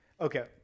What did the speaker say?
Okay